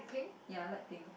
ya I like pink